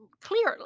clearly